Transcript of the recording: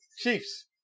Chiefs